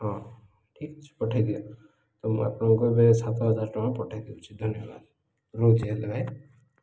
ହଁ ଠିକ୍ ଅଛି ପଠେଇଦିଅନ୍ତୁ ତ ମୁଁ ଆପଣଙ୍କୁ ଏବେ ସାତ ହଜାର ଟଙ୍କା ପଠେଇ ଦଉଛି ଧନ୍ୟବାଦ ରହୁଛି ହେଲେ ଭାଇ